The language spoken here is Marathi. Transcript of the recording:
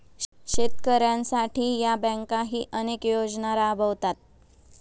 शेतकऱ्यांसाठी या बँकाही अनेक योजना राबवतात